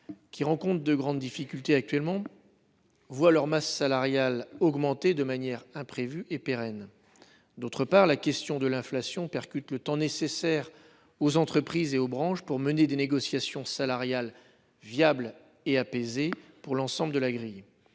actuellement de grandes difficultés, voient leur masse salariale augmenter de manière imprévue et pérenne. En outre, la question de l'inflation percute le temps nécessaire aux entreprises et aux branches pour mener des négociations salariales viables et apaisées pour l'ensemble de la grille.